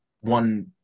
one